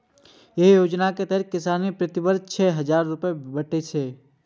एहि योजना के तहत किसान कें प्रति वर्ष छह हजार रुपैया भेटै छै